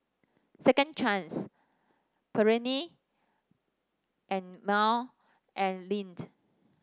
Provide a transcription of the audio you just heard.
Second Chance Perllini and Mel and Lindt